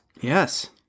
Yes